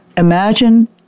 Imagine